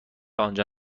آنجا